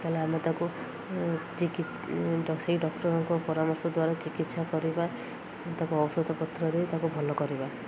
ତାହେଲେ ଆମେ ତାକୁିକ ଚିକି ସେଇ ଡ଼କ୍ଟରଙ୍କ ପରାମର୍ଶ ଦ୍ୱାରା ଚିକିତ୍ସା କରିବା ତାକୁ ଔଷଧ ପତ୍ର ଦେଇ ତାକୁ ଭଲ କରିବା